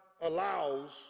allows